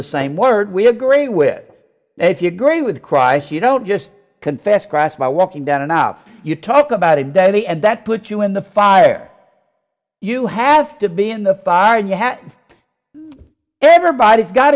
the same word we agree with if you agree with christ you don't just confess christ by walking down enough you talk about it daily and that put you in the fire you have to be in the fire and you have everybody's got